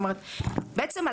בעצם,